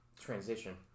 transition